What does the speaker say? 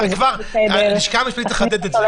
כבר הלשכה המשפטית תחדד את זה.